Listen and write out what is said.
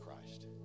Christ